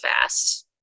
fast